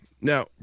Now